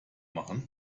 machen